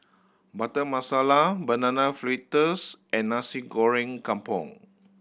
Butter Masala Banana Fritters and Nasi Goreng Kampung